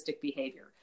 behavior